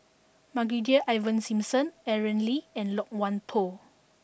Brigadier Ivan Simson Aaron Lee and Loke Wan Tho